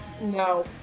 no